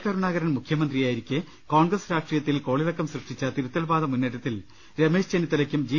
കരുണാകരൻ മുഖ്യമ ന്ത്രിയായിരിക്കെ കോൺ ഗ്രസ് രാഷ്ട്രീയത്തിൽ കോളിളക്കം സൃഷ്ടിച്ച തിരുത്തൽ വാദ മുന്നേറ്റത്തിൽ രമേശ് ചെന്നിത്തലയ്ക്കും ജി